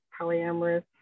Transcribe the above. polyamorous